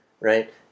right